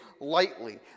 lightly